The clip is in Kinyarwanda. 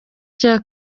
cya